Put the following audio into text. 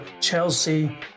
Chelsea